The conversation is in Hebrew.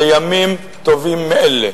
לימים טובים מאלה.